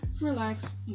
relax